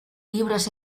libros